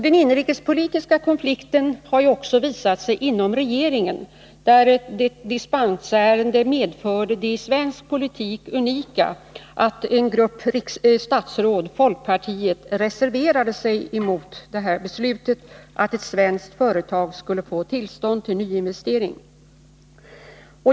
Den inrikespolitiska konflikten har ju också visat sig inom regeringen, där ett dispensärende medförde det i svensk politik unika att en grupp statsråd, folkpartiets, reserverade sig emot beslutet att ett svenskt företag skulle få tillstånd till nyinvestering.